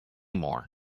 more